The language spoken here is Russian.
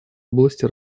области